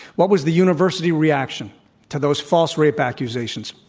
what was the university reaction to those false rape accusations?